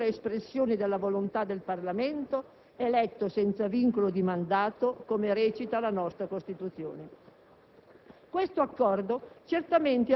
cioè la limitazione della libera espressione della volontà del Parlamento, eletto senza vincolo di mandato, come recita la nostra Costituzione.